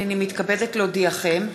הנני מתכבדת להודיעכם,